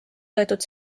võetud